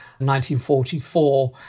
1944